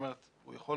הוא יכול